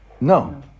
No